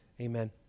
Amen